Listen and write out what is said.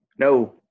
No